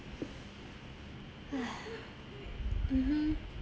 !huh! mmhmm